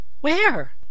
Where